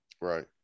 Right